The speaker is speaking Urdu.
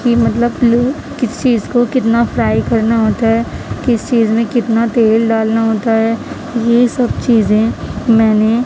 کہ مطلب لوگ کس چیز کو کتنا فرائی کرنا ہوتا ہے کس چیز میں کتنا تیل ڈالنا ہوتا ہے یہ سب چیزیں میں نے